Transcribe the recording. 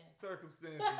Circumstances